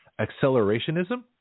Accelerationism